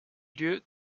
lieu